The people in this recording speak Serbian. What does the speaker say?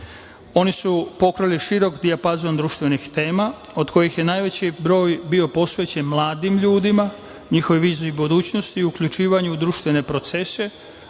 Oni su pokrili širok dijapazon društvenih tema, od kojih je najveći broj bio posvećen mladim ljudima, njihovoj viziji budućnosti i uključivanju u društvene procese,